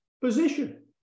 position